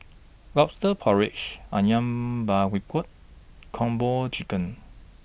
Lobster Porridge Ayam Buah Kung Po Chicken